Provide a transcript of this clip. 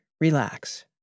Relax